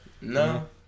No